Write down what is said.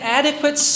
adequate